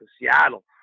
Seattle